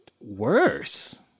worse